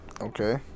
Okay